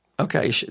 Okay